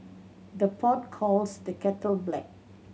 the pot calls the kettle black